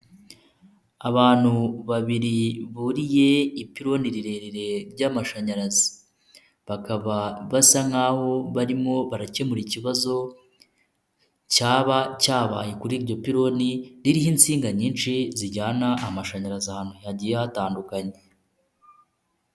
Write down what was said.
Abantu ba biri buriye ipiloni rirerire ry'amashanyarazi, bakaba basa nkaho'a barimo barakemura ikibazo cyaba cyabaye kuri iryo ploni ririho insinga nyinshi zijyana amashanyarazi ahantu hagiye hatandukanye.